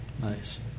nice